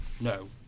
no